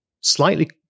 slightly